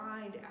find